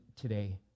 today